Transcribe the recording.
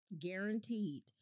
guaranteed